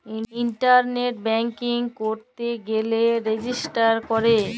ইলটারলেট banking ক্যইরতে গ্যালে register ক্যরে